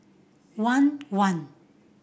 one one